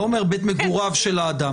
לא אומר בית מגוריו של האדם.